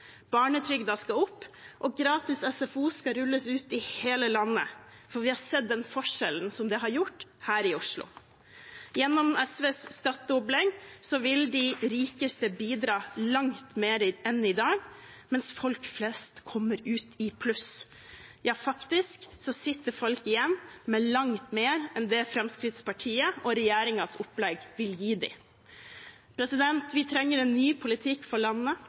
skal opp, og gratis SFO skal rulles ut i hele landet, for vi har sett den forskjellen det har gjort her i Oslo. Gjennom SVs støtteopplegg vil de rikeste bidra langt mer enn i dag, mens folk flest kommer ut i pluss. Ja, faktisk sitter folk igjen med langt mer enn det Fremskrittspartiet og regjeringens opplegg vil gi dem. Vi trenger en ny politikk for landet,